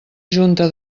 junta